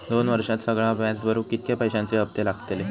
दोन वर्षात सगळा व्याज भरुक कितक्या पैश्यांचे हप्ते लागतले?